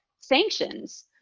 sanctions